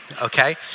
okay